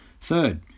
third